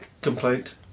complaint